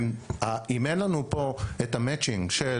אם אין לנו פה את המאצ'ינג של